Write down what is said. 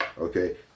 okay